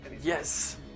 Yes